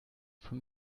von